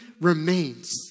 remains